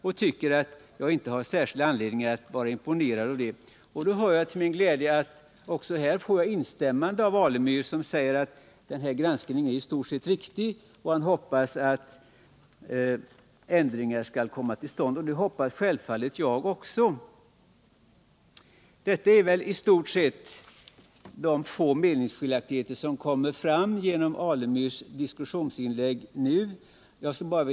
Jag tyckte att jag inte hade särskilt stor anledning att vara imponerad av informationen. Till min glädje fick jag också här instämmande av Stig Alemyr, som säger att granskningen i stort sett är riktig och att han hoppas att ändringar skall komma till stånd. Det hoppas självfallet även jag. Detta är i stort sett de få meningsskiljaktigheter som kom fram i Stig Alemyrs inlägg.